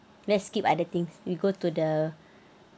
let's skip other things we go to the